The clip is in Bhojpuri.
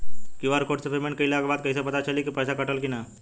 क्यू.आर कोड से पेमेंट कईला के बाद कईसे पता चली की पैसा कटल की ना?